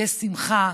יש שמחה.